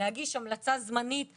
להגיש המלצה זמנית לשר.